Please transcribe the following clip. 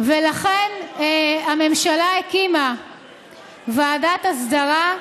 ולכן הממשלה הקימה ועדת הסדרה,